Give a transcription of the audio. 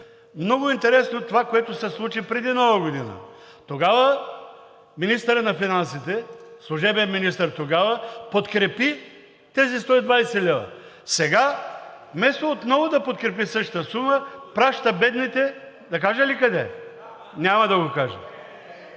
Много е интересно това, което се случи преди Нова година. Тогава министърът на финансите – служебен министър тогава, подкрепи тези 120 лв. Сега, вместо отново да подкрепи същата сума, праща бедните, да кажа ли къде? (Реплики